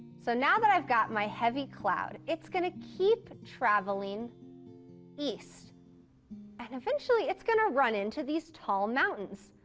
so, now, that i've got my heavy cloud, it's going to keep traveling east and eventually, it's going to run into these tall mountains.